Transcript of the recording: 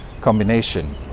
combination